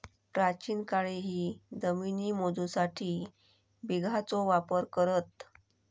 प्राचीन काळीही जमिनी मोजूसाठी बिघाचो वापर करत